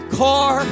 car